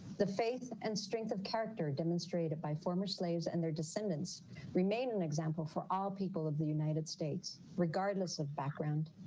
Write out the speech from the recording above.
the faith and strength of character demonstrated by former slaves and their descendants remained an example for all people of the united states, regardless of background,